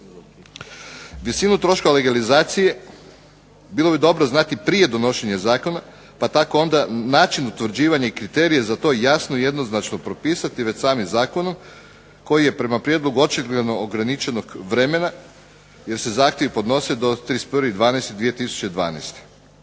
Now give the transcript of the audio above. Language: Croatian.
Visinu troškova legalizacije bilo bi dobro znati prije donošenja zakona pa tako onda način utvrđivanja i kriterije jasno i jednoznačno propisati već samim zakonom koji je prema prijedlogu očigledno ograničenog vremena jer se zahtjevi podnose do 31.12.2012.